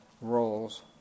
roles